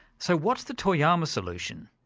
so what's the toyama solution?